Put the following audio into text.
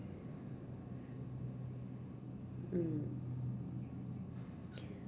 mm